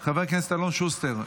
חבר הכנסת אלון שוסטר,